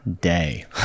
day